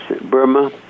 Burma